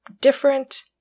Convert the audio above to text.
different